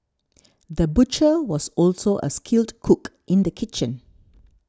the butcher was also a skilled cook in the kitchen